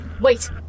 Wait